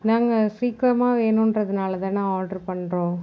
நாங்கள் சீக்கிரமாக வேணுன்கிறதுனால தானே ஆடர் பண்ணுறோம்